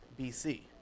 BC